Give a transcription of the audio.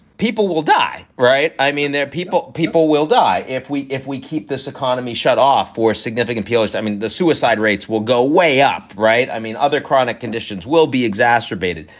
people will die right. i mean, there people people will die if we if we keep this economy shut off for a significant period. i mean, the suicide rates will go way up. right i mean, other chronic conditions will be exacerbated.